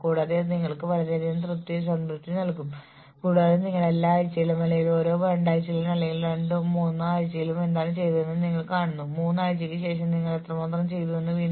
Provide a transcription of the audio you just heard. performance പ്ലാനുകൾക്കുള്ള ചില തരത്തിലുള്ള പേ നിങ്ങൾക്ക് മെറിറ്റ് പേ എന്ന വ്യക്തിഗത അധിഷ്ഠിത പ്ലാനുകൾ ഉണ്ട് ഞങ്ങൾ ഇത് നേരത്തെ ചർച്ച ചെയ്തിട്ടുണ്ട്